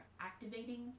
activating